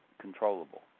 controllable